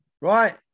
right